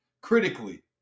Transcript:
critically